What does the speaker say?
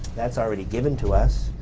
that's already given to us,